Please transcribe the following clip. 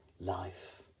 life